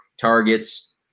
targets